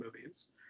movies